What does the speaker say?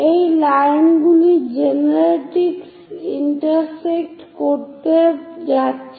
এই লাইনগুলি জেনারেট্রিক্সকে ইন্টারসেক্ট করতে যাচ্ছে